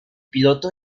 piloto